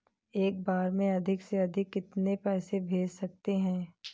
एक बार में अधिक से अधिक कितने पैसे भेज सकते हैं?